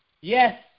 yes